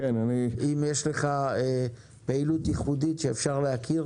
אם יש לך פעילות ייחודית שאפשר להכיר